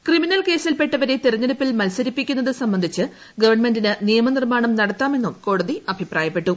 criminal കേസിൽപെട്ടവരെ തെരഞ്ഞെടുപ്പിൽ മത്സരിപ്പിക്കുന്നത് സംബന്ധിച്ച് ഗവൺമെന്റിന് നിയമനിർമാണം നടത്താമെന്നും കോടതി അഭിപ്രായപ്പെട്ടു